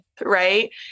right